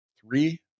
three